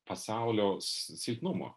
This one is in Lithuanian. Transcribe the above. pasaulio si silpnumo